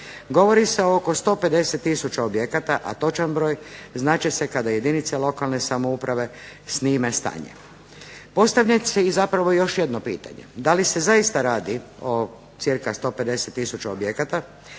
Govori se o oko 150 tisuća objekata, a točan broj znat će se kada jedinice lokalne samouprave snime stanje. Postavlja se zapravo još jedno pitanje da li se zaista se radi o cca 150 tisuća objekata